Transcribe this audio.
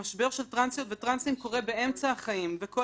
המשבר של טרנסיות וטרנסים קורה באמצע החיים וכל